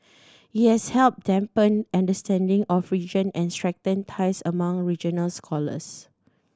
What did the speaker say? it has helped deepen understanding of region and strengthened ties among regional scholars